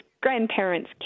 grandparents